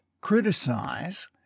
criticize